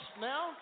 now